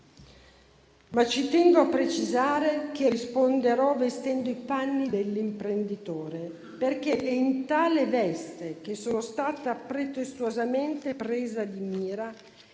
Ci tengo però a precisare che risponderò vestendo i panni dell'imprenditore, perché è in tale veste che sono stata pretestuosamente presa di mira